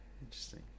Interesting